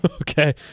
Okay